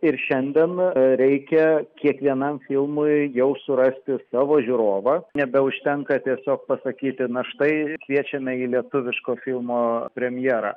ir šiandien a reikia kiekvienam filmui jau surasti savo žiūrovą nebeužtenka tiesiog pasakyti na štai kviečiame į lietuviško filmo premjera